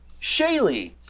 Shaylee